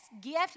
gift